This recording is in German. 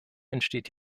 entsteht